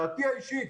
דעתי האישית.